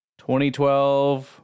2012